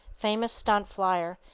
famous stunt flyer,